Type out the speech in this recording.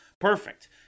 Perfect